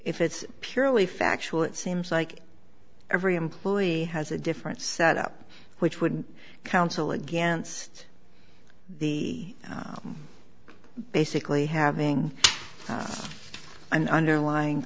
if it's purely factual it seems like every employee has a different set up which would counsel against the basically having an underlying